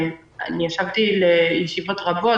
ישבתי בישיבות רבות,